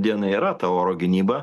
dienai yra ta oro gynyba